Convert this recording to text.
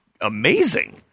amazing